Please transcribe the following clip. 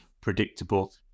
predictable